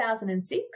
2006